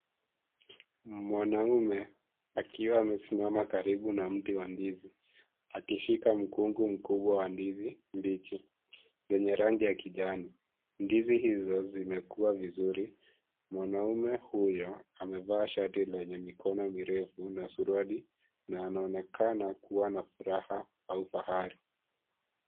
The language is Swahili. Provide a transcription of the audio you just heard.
Mwanaume akiwa amesimama karibu na mti wa ndizi akishika mkungu mkubwa wa ndizi mbichi zenye rangi ya kijani, ndizi hizo zimekua vizuri. Mwanaume huyo amevaa shati lenye mikono mirefu na suruali na anaonekana kuwa na furaha au fahari.